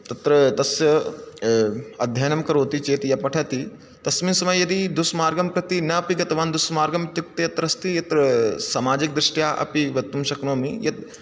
तत्र तस्य अध्ययनं करोति चेत् यः पठति तस्मिन् समये यदि दुष्मार्गं प्रति नापि गतवान् दुष्मार्गम् इत्युक्ते यत्र अस्ति यत्र सामाजिकदृष्ट्या अपि वक्तुं शक्नोमि यत्